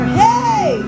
hey